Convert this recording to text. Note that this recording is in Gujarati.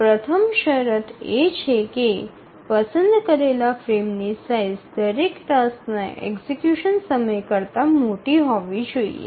પ્રથમ શરત એ છે કે પસંદ કરેલા ફ્રેમની સાઇઝ દરેક ટાસ્કના એક્ઝિકયુશન સમય કરતા મોટો હોવો જોઈએ